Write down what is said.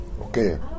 okay